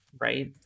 right